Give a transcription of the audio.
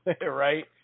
right